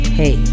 hey